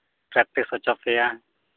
practice ᱦᱚᱪᱚᱯᱮᱭᱟ